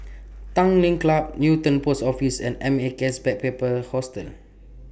Tanglin Club Newton Post Office and M A K S Backpackers Hostel